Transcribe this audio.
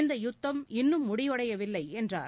இந்த யுத்தம் இன்னும் முடிவடையவில்லை என்றார்